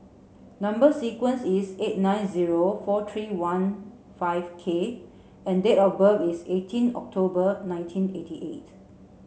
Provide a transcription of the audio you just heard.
number sequence is eight nine zero four three one five K and date of birth is eighteen October nineteen eighty eight